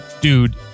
dude